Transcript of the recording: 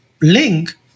link